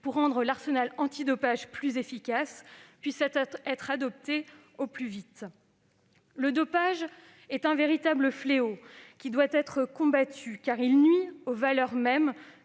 pour rendre l'arsenal antidopage plus efficace, puisse être adopté au plus vite. Le dopage est un véritable fléau qui doit être combattu, car il nuit aux valeurs mêmes